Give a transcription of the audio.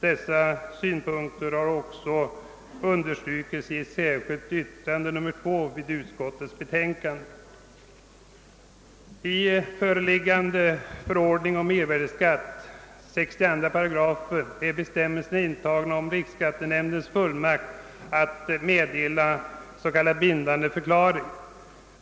Dessa synpunkter har understrukits i det särskilda yttrandet nr 2 i utskottets betänkande. I föreliggande förordning om mervärdeskatt är i 62 8 bestämmelser intagna om riksskattenämndens fullmakt att meddela s.k. bindande förklaring.